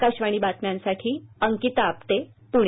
आकाशवाणी बातम्यांसाठी अंकिता आपटे पुणे